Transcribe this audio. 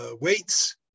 weights